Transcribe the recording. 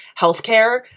healthcare